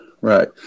Right